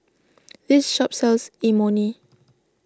this shop sells Imoni